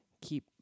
keep